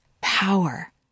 power